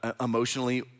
emotionally